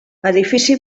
edifici